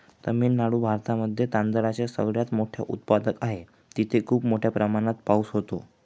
तामिळनाडू भारतामध्ये तांदळाचा सगळ्यात मोठा उत्पादक आहे, तिथे खूप मोठ्या प्रमाणात पाऊस होतो